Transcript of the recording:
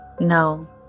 No